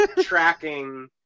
tracking